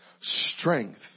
strength